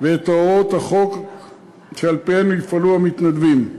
ואת הוראות החוק שעל-פיהם יפעלו המתנדבים.